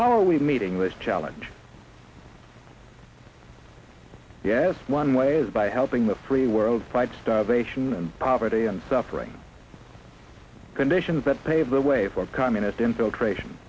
we meeting this challenge yes one way is by helping the free world fight starvation and poverty and suffering conditions that pave the way for communist infiltration